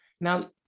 Now